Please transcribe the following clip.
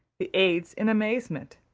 the aids in amazement.